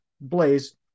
Blaze